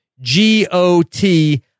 G-O-T